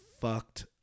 fucked